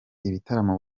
ibitaramo